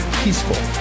peaceful